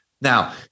Now